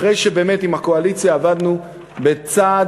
אחרי שבאמת עם הקואליציה עבדנו בצעד